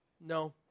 No